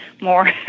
more